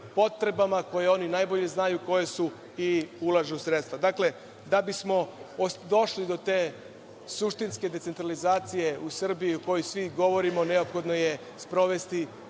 potrebama, koje oni najbolje znaju koje su, i ulažu sredstva. Dakle, da bismo došli do te suštinske decentralizacije u Srbiji o kojoj svi govorimo, neophodno je sprovesti